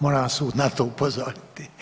Moram vas na to upozoriti.